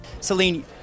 Celine